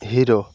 hero